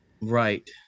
right